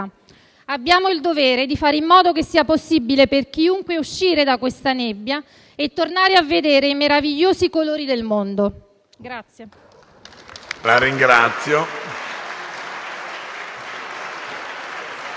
Abbiamo il dovere di fare in modo che sia possibile per chiunque uscire da questa nebbia e tornare a vedere i meravigliosi colori del mondo.